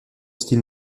style